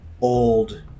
old